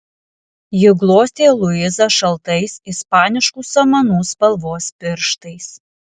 ji glostė luizą šaltais ispaniškų samanų spalvos pirštais